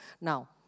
Now